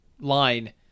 line